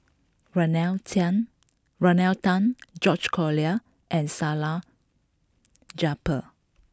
Rodney Tan George Collyer and Salleh Japar